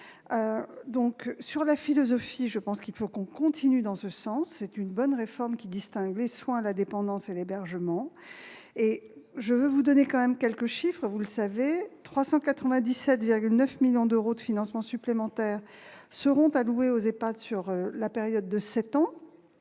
est de la philosophie de la réforme, il faut continuer en ce sens. C'est une bonne réforme, qui distingue les soins, la dépendance et l'hébergement. Permettez-moi de vous donner quelques chiffres. Vous le savez, 397,9 millions d'euros de financements supplémentaires seront alloués aux EHPAD sur la période de sept ans.